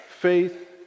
faith